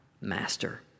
master